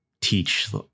teach